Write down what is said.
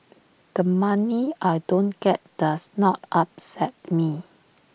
the money I don't get does not upset me